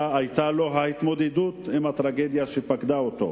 היתה לו ההתמודדות עם הטרגדיה שפקדה אותו.